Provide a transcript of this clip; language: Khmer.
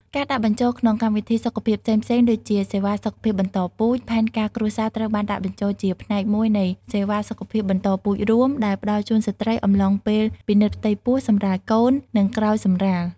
ការដាក់បញ្ចូលក្នុងកម្មវិធីសុខភាពផ្សេងៗដូចជា សេវាសុខភាពបន្តពូជ ផែនការគ្រួសារត្រូវបានដាក់បញ្ចូលជាផ្នែកមួយនៃសេវាសុខភាពបន្តពូជរួម ដែលផ្ដល់ជូនស្ត្រីអំឡុងពេលពិនិត្យផ្ទៃពោះ សម្រាលកូន និងក្រោយសម្រាល ។